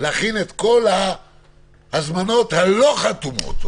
להכין את כל ההזמנות הלא חתומות,